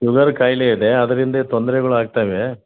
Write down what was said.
sugar ಕಾಯಿಲೆ ಇದೆ ಅದರಿಂದ ಈ ತೊಂದರೆಗಳು ಆಗ್ತಾ ಇವೆ